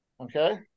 Okay